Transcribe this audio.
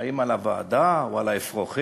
האם על הוועדה או על האפרוחים?